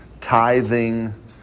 tithing